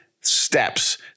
steps